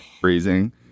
freezing